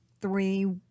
three